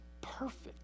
perfect